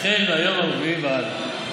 מהיום הרביעי והלאה.